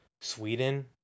Sweden